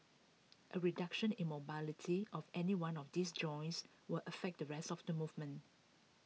A reduction in mobility of any one of these joints will affect the rest of the movement